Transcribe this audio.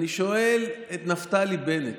אני שואל את נפתלי בנט: